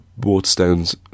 Waterstones